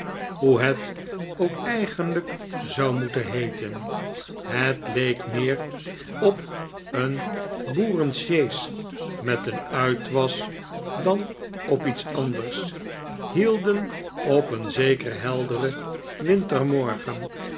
hoe het ook eigenlijk zou moeten heeten het leek meer op een boerensjees met een uitwas dan op iets anders hielden op een zekeren helderen